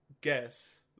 guess